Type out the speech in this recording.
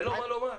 אין לו מה לומר.